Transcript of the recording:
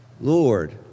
Lord